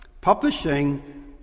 publishing